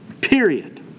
Period